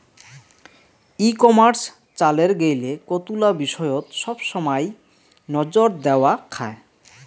ই commerce চালের গেইলে কতুলা বিষয়ত সবসমাই নজর দ্যাওয়া খায়